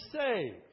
saved